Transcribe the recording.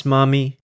Mommy